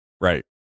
Right